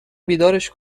بیدارش